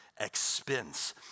expense